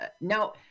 Now